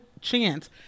chance